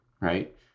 Right